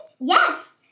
Yes